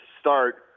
start